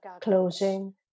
closing